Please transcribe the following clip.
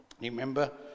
Remember